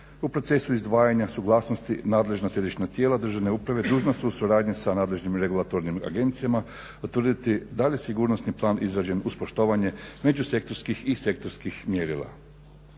U procesu izdvajanja suglasnosti nadležna Središnja tijela državne uprave dužna su u suradnji sa nadležnim regulatornim agencijama utvrditi da li je sigurnosni plan izrađen uz poštovanje međusektorskih i sektorskih mjerila.